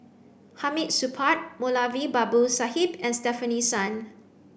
Hamid Supaat Moulavi Babu Sahib and Stefanie Sun